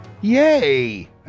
Yay